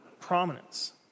prominence